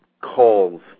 calls